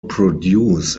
produce